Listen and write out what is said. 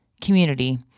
community